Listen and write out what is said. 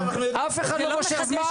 אף אחד לא מושך זמן.